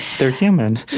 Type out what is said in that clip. they're human.